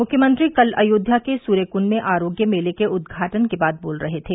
मुख्यमंत्री कल अयोध्या के सूर्यक्ंड में आरोग्य मेले के उद्घाटन के बाद बोल रहे थे